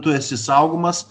tu esi saugomas